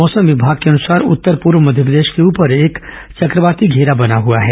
मौसम विभाग के अनुसार उत्तर पूर्व मध्यप्रदेश के ऊपर एक चक्रवाती घेरा बना हुआ है